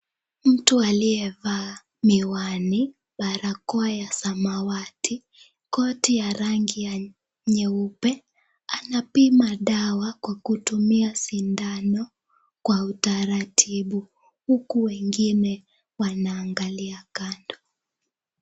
Mtu aliyevaa miwani barakoa ya samawati, koti ya rangi nyeupe anapima dawa kwa kutumia sindano kwa utaratibu huku wengine wanaangalia kando.